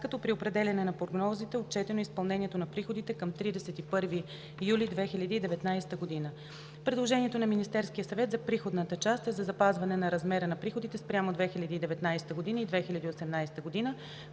като при определяне на прогнозите е отчетено изпълнението на приходите към 31 юли 2019 г. Предложението на Министерския съвет за приходната част е за запазване на размера на приходите спрямо 2019-а. и 2018 г.